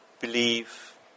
Believe